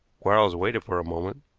quarles waited for a moment,